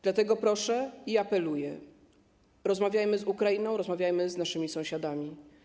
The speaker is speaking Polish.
Dlatego proszę i apeluję: rozmawiajmy z Ukrainą, rozmawiajmy z naszymi sąsiadami.